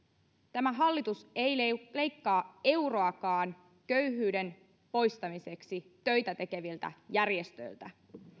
tämä hallitus ei leikkaa euroakaan köyhyyden poistamiseksi töitä tekeviltä järjestöiltä